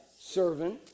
servant